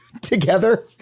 together